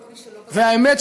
והאמת,